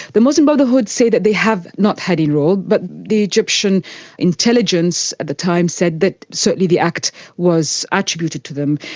the muslim brotherhood say that they have not had a role, but the egyptian intelligence at the time said that certainly the act was attributed to them.